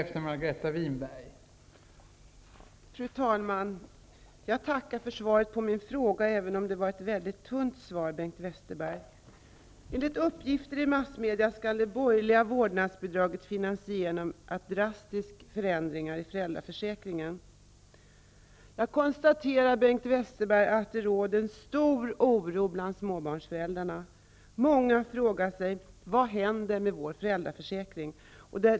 Fru talman! Jag tackar för svaret på min fråga, även om det var ett mycket tunt svar. Enligt uppgifter i massmedia skall det borgerliga vårdnadsbidraget finansieras genom drastiska förändringar av föräldraförsäkringen. Jag konstaterar att det råder stor oro bland småbarnsföräldrarna. Många frågar sig: Vad händer med vår föräldraförsäkrning?